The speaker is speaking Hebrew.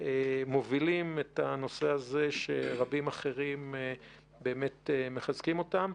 הם מובילים את הנושא הזה ורבים אחרים באמת מחזקים אותם.